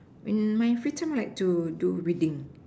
in my free time I like to do reading